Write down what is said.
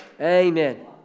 Amen